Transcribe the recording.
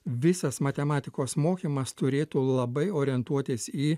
visas matematikos mokymas turėtų labai orientuotis į